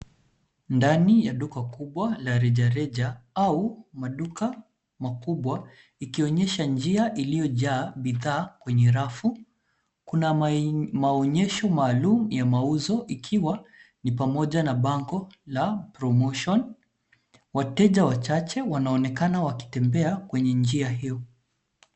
Ndani ya duka kubwa la rejareja au maduka makubwa ikionyesha njia iliyojaa bidhaa kwenye rafu. Kuna monyesho maalum ya mauzo ikiwa ni pamoja na bango la promotion . Wateja wachache wanaonekana wakitembea kwenye njia hiyo.